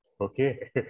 okay